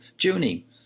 Junie